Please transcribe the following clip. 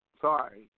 Sorry